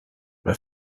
bei